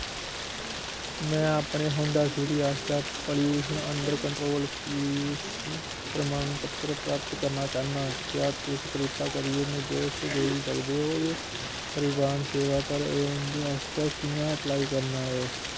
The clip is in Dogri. में अपने होंडा सिटी आस्तै pollution under control P U C प्रमाणपत्र प्राप्त करना चाह्न्नां क्या तुस किरपा करियै निर्देश देई सकदे ओ जे परिवाहन सेवा पर इं'दे आस्तै कि'यां अप्लाई करना ऐ